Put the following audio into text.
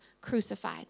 crucified